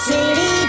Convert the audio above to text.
City